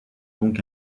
donc